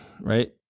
right